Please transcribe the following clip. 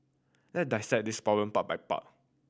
let dissect this problem part by part